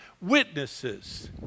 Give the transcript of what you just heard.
witnesses